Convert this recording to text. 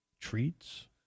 treats